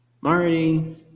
Marty